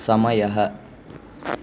समयः